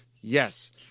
Yes